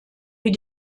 wie